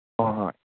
ꯍꯣꯏ ꯍꯣꯏ